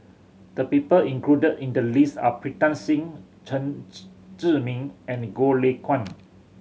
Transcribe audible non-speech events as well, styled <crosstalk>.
the people included in the list are Pritam Singh Chen <unintelligible> Zhiming and Goh Lay Kuan